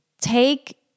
take